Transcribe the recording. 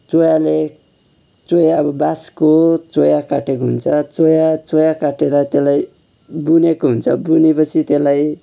चोयाले चोया अब बाँसको चोया कातेको हुन्छ चोया चोया कातेर त्यो कुराहरू पनि बुनेको हुन्छ बुनेपछि त्यसलाई